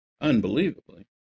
unbelievably